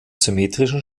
symmetrischen